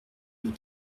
nos